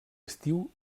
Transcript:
estiu